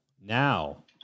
Now